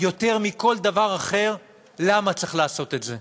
יותר מכל דבר אחר למה צריך לעשות את זה.